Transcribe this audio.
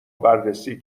بررسی